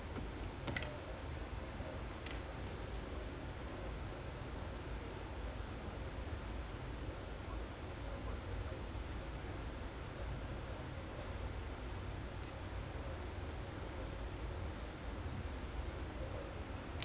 ya everything is worth lah I mean but then I think அதுகாக தான்:athukaaga dhaan they try to increase the matches to increase the revenues because they want to find ways to make money because like fans இருந்தாலே:irunthaalae like easily வந்து:vanthu like what fifty thousand fans இருந்தாலே ஒரு:irunthaalae oru match leh வந்து:vanthu easily you can get a lot of money